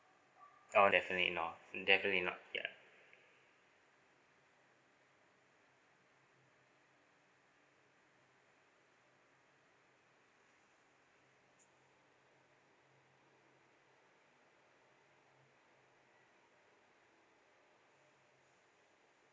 oh definitely not definitely not ya